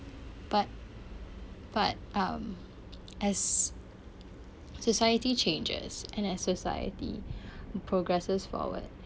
but but um as society changes and then society progresses forward